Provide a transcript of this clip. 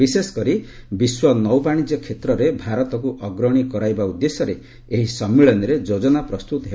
ବିଶେଷକରି ବିଶ୍ୱ ନୌବାଣିଜ୍ୟ କ୍ଷେତ୍ରରେ ଭାରତକୁ ଅଗ୍ରଣୀ କରାଇବା ଉଦ୍ଦେଶ୍ୟରେ ଏହି ସମ୍ମିଳନୀରେ ଯୋଜନା ପ୍ରସ୍ତୁତ ହେବ